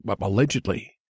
allegedly